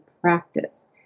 practice